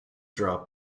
draw